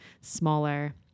smaller